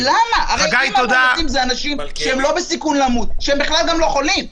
לאפשר לציבור לתת את דברו,